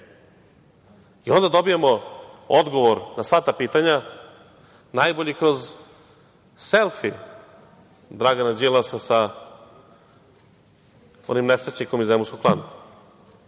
Vlade. Onda dobijamo odgovor na sva ta pitanja, najbolji, kroz selfi Dragana Đilasa sa onim nesrećnikom iz zemunskog klana.